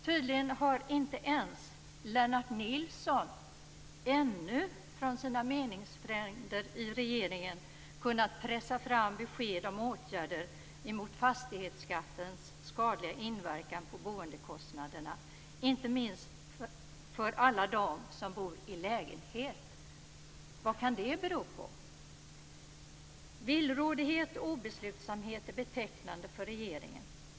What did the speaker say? Tydligen har inte ens Lennart Nilsson ännu kunnat pressa fram besked från sina meningsfränder i regeringen om åtgärder emot fastighetsskattens skadliga inverkan på boendekostnaderna, inte minst för alla dem som bor i lägenhet. Vad kan det bero på? Villrådighet och obeslutsamhet är betecknande för regeringen.